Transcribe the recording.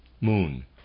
Moon